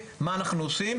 מה אנחנו עושים?